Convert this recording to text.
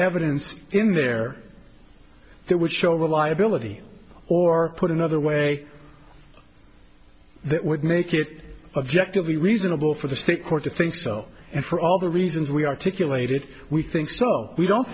evidence in there that would show reliability or put another way that would make it objectively reasonable for the state court to think so and for all the reasons we articulated we think so we don't